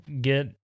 get